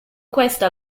questa